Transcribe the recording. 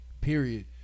Period